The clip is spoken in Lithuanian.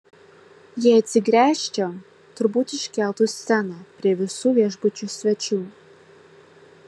jei atsigręžčiau turbūt iškeltų sceną prie visų viešbučio svečių